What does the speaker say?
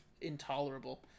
intolerable